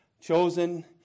chosen